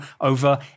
over